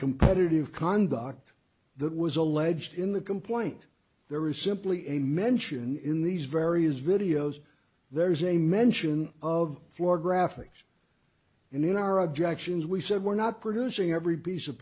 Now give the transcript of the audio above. competitive conduct that was alleged in the complaint there is simply a mention in these various videos there is a mention of floor graphics and in our objections we said we're not producing every piece of